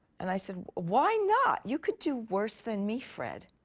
and i said, why not? you could do worse than me, fred.